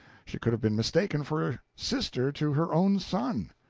she could have been mistaken for sister to her own son.